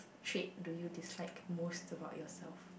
trait do you dislike most about yourself